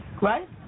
Right